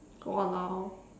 !walao!